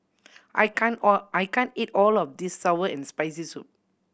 I can't all I can't eat all of this sour and Spicy Soup